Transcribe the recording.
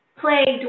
plagued